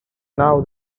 now